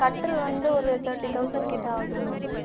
கட்டில் வந்து ஒரு தேர்ட்டி தௌசண்ட் கிட்டே ஆகும்மா